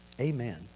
Amen